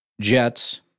Jets